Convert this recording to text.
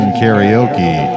karaoke